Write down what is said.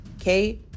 Okay